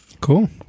Cool